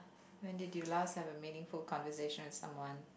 when did you last have a meaningful conversation with someone